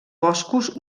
boscos